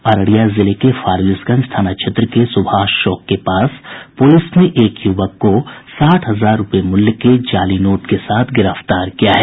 अररिया जिले के फारबिसगंज थाना क्षेत्र के सुभाष चौक के पास पुलिस ने एक युवक को साठ हजार मूल्य के जाली भारतीय मुद्रा के साथ गिरफ्तार किया है